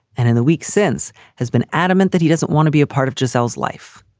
and in the weeks since has been adamant that he doesn't want to be a part of gisella's life.